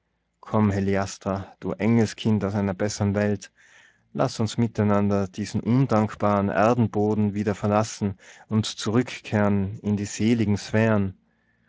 komm heliastra du engelskind aus einer bessern welt laß uns mit einander diesen undankbaren erdboden wieder verlassen und zurückkehren in die seligen sphären